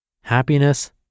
Happiness